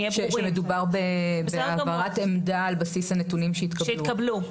שמדובר בהעברת עמדה על בסיס הנתונים שהתקבלו.